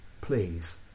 Please